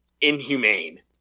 inhumane